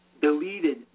Deleted